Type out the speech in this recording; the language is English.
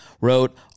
Wrote